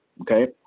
okay